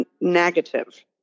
negative